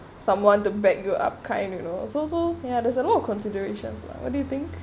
someone to back you up kind you know so so yeah there's a lot of considerations lah what do you think